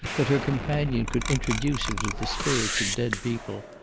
that her companion could introduce her to the spirits of dead people.